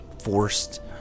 forced